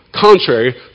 contrary